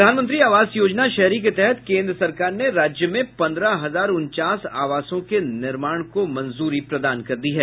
प्रधानमंत्री आवास योजना शहरी के तहत केन्द्र सरकार ने राज्य में पन्द्रह हजार उनचास आवासों के निर्माण को मंजूरी प्रदान कर दी है